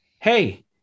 hey